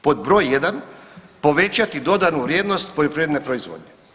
Pod broj 1, povećati dodanu vrijednost poljoprivredne proizvodnje.